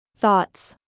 Thoughts